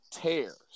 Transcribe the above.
Tears